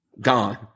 Gone